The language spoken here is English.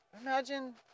imagine